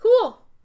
cool